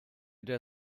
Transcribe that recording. der